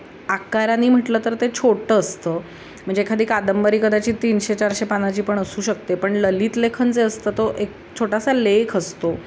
आकाराने म्हटलं तर ते छोटं असतं म्हणजे एखादी कादंबरी कदाचित तीनशे चारशे पानाची पण असू शकते पण ललित लेखन जे असतं तो एक छोटासा लेख असतो